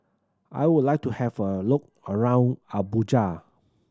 I would like to have a look around Abuja